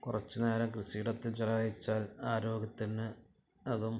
കുറച്ച് നേരം കൃഷിയിടത്തിൽ ചിലവഴിച്ചാൽ ആരോഗ്യത്തിന് അതും